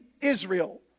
Israel